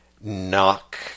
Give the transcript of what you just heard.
knock